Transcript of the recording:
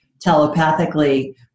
telepathically